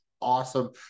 awesome